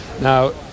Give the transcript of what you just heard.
now